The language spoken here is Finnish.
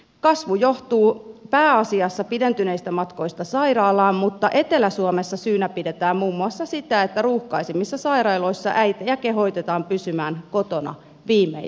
kasvu johtuu pääasiassa pidentyneistä matkoista sairaalaan mutta etelä suomessa syynä pidetään muun muassa sitä että ruuhkaisimmissa sairaaloissa äitejä kehotetaan pysymään kotona viimeiseen asti